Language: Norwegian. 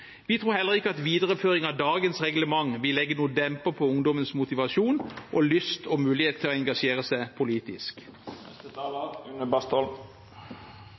Vi tror heller ikke at videreføring av dagens reglement vil legge noen demper på ungdommens motivasjon og lyst og mulighet til å engasjere seg